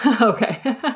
Okay